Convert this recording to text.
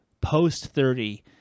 post-30